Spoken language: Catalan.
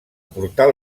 portal